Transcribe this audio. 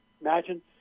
Imagine